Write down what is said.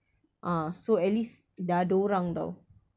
ah so at least dah ada orang [tau]